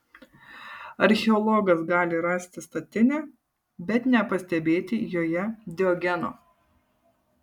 archeologas gali rasti statinę bet nepastebėti joje diogeno